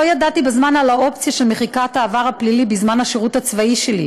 לא ידעתי בזמן על האופציה של מחיקת העבר הפלילי בזמן השירות הצבאי שלי,